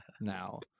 now